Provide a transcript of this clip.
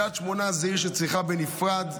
קריית שמונה זאת עיר שצריכה בנפרד,